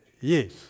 Yes